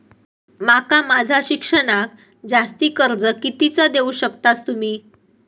माका माझा शिक्षणाक जास्ती कर्ज कितीचा देऊ शकतास तुम्ही?